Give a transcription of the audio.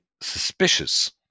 suspicious